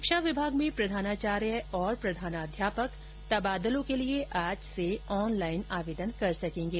शिक्षा विभाग में प्रधानचार्य और प्रधानाध्यापक तबादलों के लिए आज से ऑनलाइन आवेदन कर सकेंगे